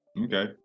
okay